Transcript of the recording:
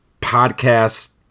podcast